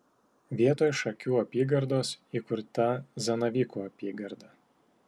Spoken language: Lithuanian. vietoj šakių apygardos įkurta zanavykų apygarda